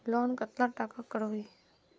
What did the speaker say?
Loan कतला टाका करोही?